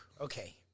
okay